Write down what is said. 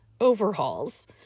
overhauls